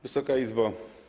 Wysoka Izbo!